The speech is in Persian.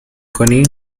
کنی